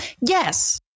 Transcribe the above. Yes